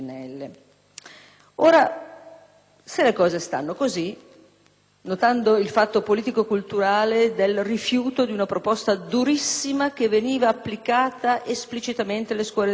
Ora, se le cose stanno così, notando il fatto politico e culturale del rifiuto di una proposta durissima che veniva applicata esplicitamente alle scuole dell'infanzia,